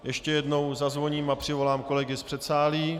Ještě jednou zazvoním a přivolám kolegy z předsálí.